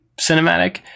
cinematic